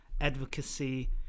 advocacy